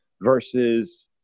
versus